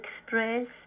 express